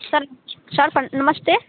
sir sir पर नमस्ते